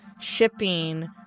shipping